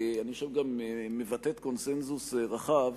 אני חושב שהיא גם מבטאת קונסנזוס רחב,